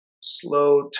slow